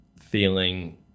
feeling